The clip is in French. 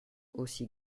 aussi